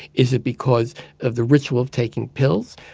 is it because of the ritual of taking pills?